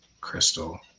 crystal